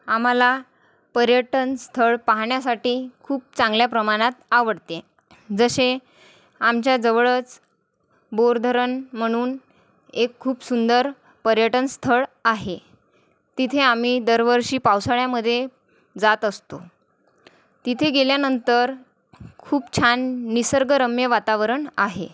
आम्हाला पर्यटन स्थळ पाहण्यासाठी खूप चांगल्या प्रमाणात आवडते जसे आमच्या जवळच बोरधरण म्हणून एक खूप सुंदर पर्यटन स्थळ आहे तिथे आम्ही दरवर्षी पावसाळ्यामध्ये जात असतो तिथे गेल्यानंतर खूप छान निसर्गरम्य वातावरण आहे